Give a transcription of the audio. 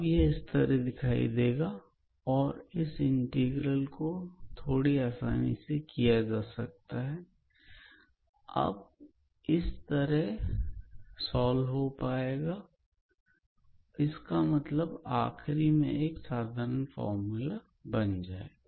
अब यह इस तरह दिखाई देगा और इस इंटीग्रल को थोड़ी आसानी से किया जा सकता है अब यह इस तरह सॉल्व पाएगा और इसका मतलब आखरी में एक साधारण फार्मूला बन जाएगा